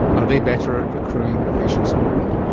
are they better at accruing patients and opening?